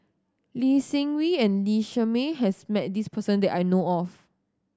Lee Seng Wee and Lee Shermay has met this person that I know of